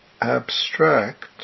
abstract